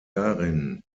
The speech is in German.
darin